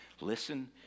Listen